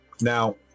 Now